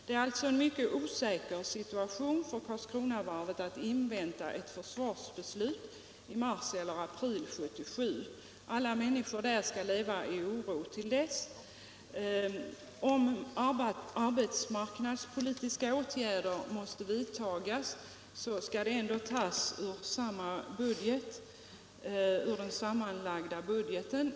Det är alltså en mycket osäker situation för Karlskronavarvet att invänta ett försvarsbeslut i mars eller april 1977. Alla människor som berörs av sysselsättningen vid varvet måste leva i oro till dess. Om arbetsmarknadspolitiska åtgärder måste vidtas skall medlen ändå hämtas ur den sammanlagda budgeten.